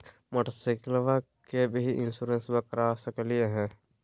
मोटरसाइकिलबा के भी इंसोरेंसबा करा सकलीय है?